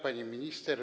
Pani Minister!